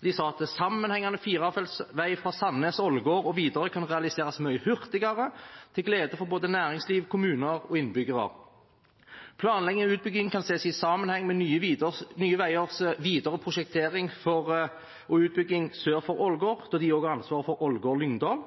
De sa at sammenhengende firefelts vei fra Sandnes, Ålgård og videre kan realiseres mye hurtigere, til glede for både næringsliv, kommuner og innbyggere. Planlegging og utbygging kan ses i sammenheng med Nye Veiers videre prosjektering for utbygging sør for Ålgård, da de også har ansvaret for Ålgård–Lyngdal,